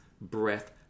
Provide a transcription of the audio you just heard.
breath